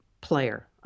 player